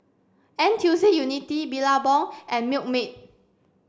N T U C Unity Billabong and Milkmaid